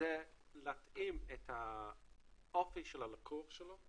זה להתאים את האופי של הלקוח שלו,